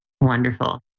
Wonderful